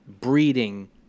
breeding